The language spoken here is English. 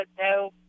no